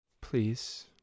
Please